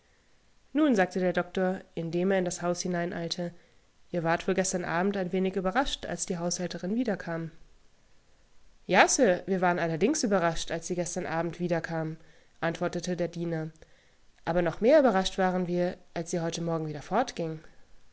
nun sagte der doktor indem er in das haus hineineilte ihr wart wohl gestern abendeinwenigüberrascht alsdiehaushälterinwiederkam ja sir wir waren allerdings überrascht als sie gestern abend wiederkam antwortete der diener aber noch mehr überrascht waren wir als sie heute morgen